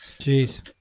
jeez